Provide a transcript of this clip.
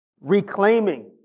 reclaiming